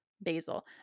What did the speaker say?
basil